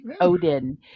Odin